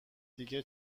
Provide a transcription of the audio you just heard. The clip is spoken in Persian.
دیگه